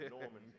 Norman